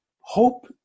hope